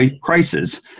crisis